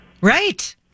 Right